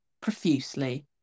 profusely